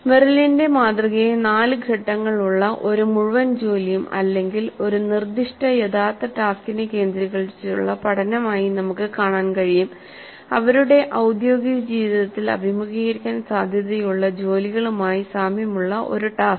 മെറിളിന്റെ മാതൃകയെ നാല് ഘട്ടങ്ങൾ ഉള്ള ഒരു മുഴുവൻ ജോലിയും അല്ലെങ്കിൽ ഒരു നിർദ്ദിഷ്ട യഥാർത്ഥ ടാസ്കിനെ കേന്ദ്രീകരിച്ചുള്ള പഠനം ആയി നമുക്ക് കാണാൻ കഴിയും അവരുടെ ഔദ്യോഗിക ജീവിതത്തിൽ അഭിമുഖീകരിക്കാൻ സാധ്യതയുള്ള ജോലികളുമായി സാമ്യമുള്ള ഒരു ടാസ്ക്